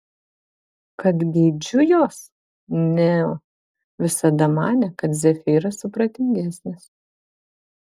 kad geidžiu jos neo visada manė kad zefyras supratingesnis